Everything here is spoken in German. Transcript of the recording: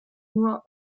nur